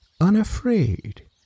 unafraid